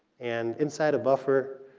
and inside a buffer,